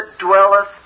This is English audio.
dwelleth